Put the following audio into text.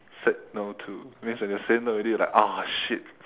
said no to means when you say no already you're like oh shit